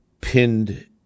pinned